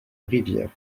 rivière